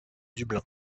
dublin